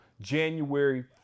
January